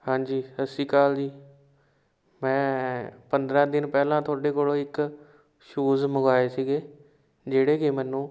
ਹਾਂਜੀ ਸਤਿ ਸ਼੍ਰੀ ਅਕਾਲ ਜੀ ਮੈਂ ਪੰਦਰਾਂ ਦਿਨ ਪਹਿਲਾਂ ਤੁਹਾਡੇ ਕੋਲੋਂ ਇੱਕ ਸ਼ੂਜ ਮੰਗਾਏ ਸੀਗੇ ਜਿਹੜੇ ਕਿ ਮੈਨੂੰ